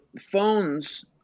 phones